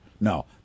No